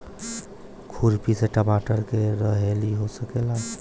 खुरपी से टमाटर के रहेती हो सकेला?